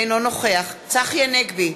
אינו נוכח צחי הנגבי,